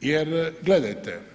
jer gledajte.